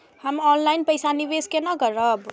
हम ऑनलाइन पैसा निवेश केना करब?